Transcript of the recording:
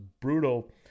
brutal